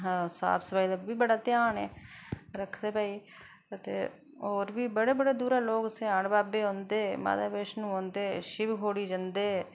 साफ सफाई दा इब्भी बड़ा ध्यान ऐऔर बी बड़े बड़े दूरा लोक स्याढ़ बाबे औंदे फ्ही माता बैश्नों औंदे शिव खोड़ी जंदे